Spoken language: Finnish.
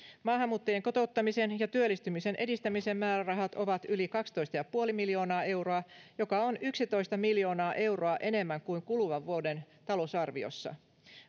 maahanmuuttajien kotouttamisen ja työllistymisen edistämisen määrärahat ovat yli kaksitoista pilkku viisi miljoonaa euroa joka on yksitoista miljoonaa euroa enemmän kuin kuluvan vuoden talousarviossa